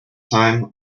time